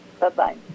Bye-bye